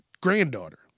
granddaughter